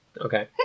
Okay